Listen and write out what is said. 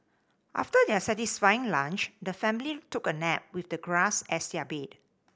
after their satisfying lunch the family took a nap with the grass as their bed